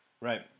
Right